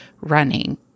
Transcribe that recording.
running